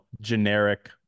generic